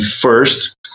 first